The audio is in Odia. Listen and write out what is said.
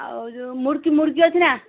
ଆଉ ଯେଉଁ ମୁଡ଼କି ମୁଡ଼କି ଅଛି ନା